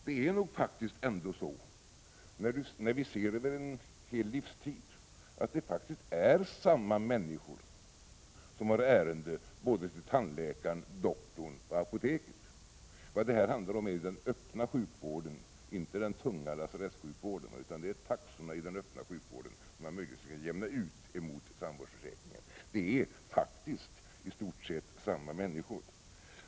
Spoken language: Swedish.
Det är nog faktiskt ändå så, sett över en hel livstid, att det är samma människor som har ärende både till tandläkaren och till doktorn och även till apoteket. Vad det handlar om är den öppna sjukvården, inte den tunga lasarettssjukvården. Det är taxorna i den öppna sjukvården som man möjligen kan jämna ut mot tandvårdsförsäkringen. Det är faktiskt i stort sett samma människor det gäller.